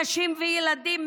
נשים וילדים,